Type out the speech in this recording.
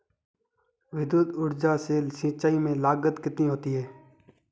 विद्युत ऊर्जा से सिंचाई में लागत कितनी होती है?